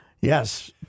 Yes